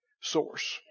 Source